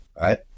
right